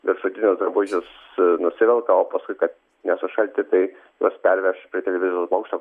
viršutinius drabužius nusivelka o paskui kad nesušalti tai juos perveš prie televizijos bokšto